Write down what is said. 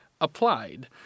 applied